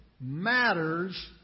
matters